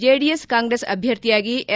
JDS Congress ಅಭ್ಞರ್ಥಿಯಾಗಿ L